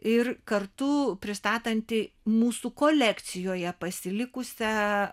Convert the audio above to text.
ir kartu pristatanti mūsų kolekcijoje pasilikusią